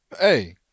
Hey